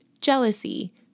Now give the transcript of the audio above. jealousy